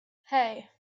hey